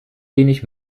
wenig